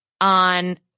on